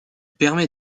permet